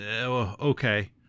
okay